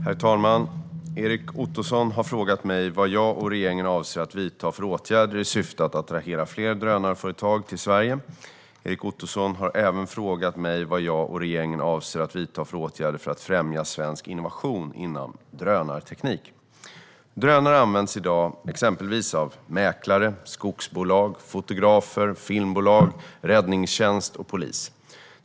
Herr talman! Erik Ottoson har frågat mig vad jag och regeringen avser att vidta för åtgärder i syfte att attrahera fler drönarföretag till Sverige. Erik Ottoson har även frågat mig vad jag och regeringen avser att vidta för åtgärder för att främja svensk innovation inom drönarteknik. Drönare används i dag exempelvis av mäklare, skogsbolag, fotografer, filmbolag, räddningstjänst och polis.